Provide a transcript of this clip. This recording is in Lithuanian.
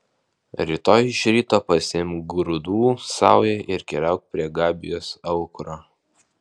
rytoj iš ryto pasiimk grūdų saują ir keliauk prie gabijos aukuro